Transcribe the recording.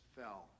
fell